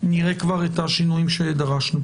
נראה כבר את השינויים שדרשנו.